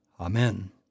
Amen